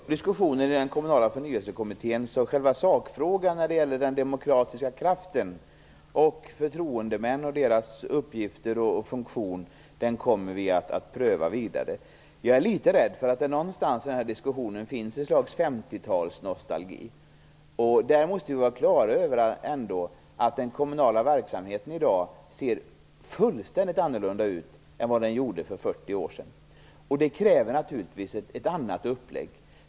Fru talman! Vi för diskussionen i den kommunala förnyelsekommittén, så själva sakfrågan, om den demokratiska kraften och förtroendemännen och deras uppgift och funktion, kommer vi att pröva vidare. Jag är litet rädd för att det i den här diskussionen finns ett slags 50-talsnostalgi. Vi måste ändå vara klara över att den kommunala verksamheten i dag ser fullständigt annorlunda ut än för 40 år sedan. Det kräver naturligtvis en annan uppläggning.